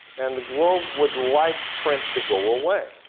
and the globe would like print to go away.